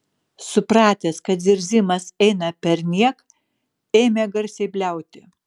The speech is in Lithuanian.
supratęs kad zirzimas eina perniek ėmė garsiai bliauti